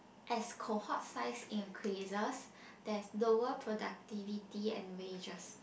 as cohort size increases there's lower productivity and wages